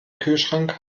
kühlschrank